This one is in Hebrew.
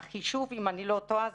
החישוב אם אני לא טועה,